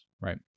Right